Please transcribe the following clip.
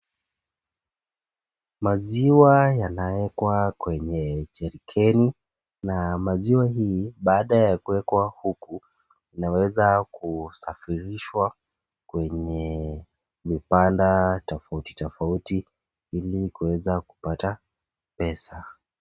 Maziwa yanaekwa kwenye jerikeni na maziwa hii baada ya kuwekwa huku, inaweza kusafirishwa kwenye vibanda tofauti tofauti ili kuweza kupata pesa.